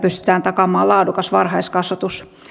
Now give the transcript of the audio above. takaamaan laadukas varhaiskasvatus